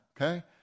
okay